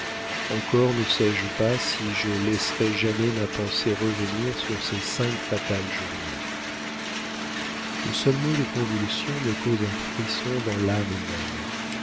encore ne sais-je pas si je laisserai jamais ma pensée revenir sur ces cinq fatales journées le seul mot de convulsion me cause un frisson dans l'âme même